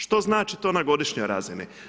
Što znači to na godišnjoj razini?